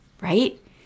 right